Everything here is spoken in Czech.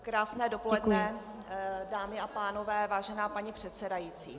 Krásné dopoledne, dámy a pánové, vážená paní předsedající.